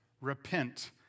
Repent